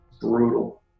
brutal